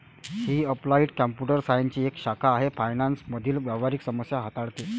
ही applied computer सायन्सची एक शाखा आहे फायनान्स मधील व्यावहारिक समस्या हाताळते